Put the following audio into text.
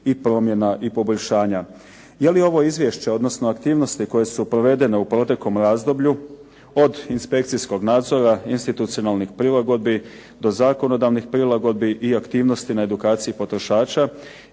i promjena i poboljšanja. Je li ovo izvješće, odnosno aktivnosti koje su provedene u proteklom razdoblju od inspekcijskog nadzora, institucionalnih prilagodbi do zakonodavnih prilagodbi i aktivnosti na edukaciji potrošača,